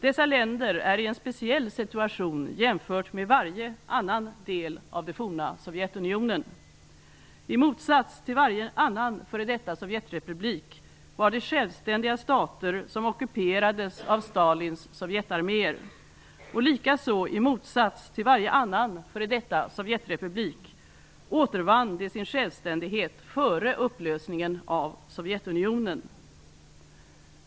Dessa länder är i en speciell situation jämfört med varje annan del av det forna I motsats till varje annan f.d. sovjetrepublik var de självständiga stater som ockuperades av Stalins sovjetarméer. Också likaså i motsats till varje annan f.d. sovjetrepublik återvann de sin självständighet före upplösningen av Sovjetunionen.